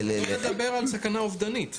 לדבר על סכנה אובדנית.